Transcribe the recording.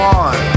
on